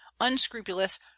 unscrupulous